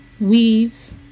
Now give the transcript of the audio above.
weaves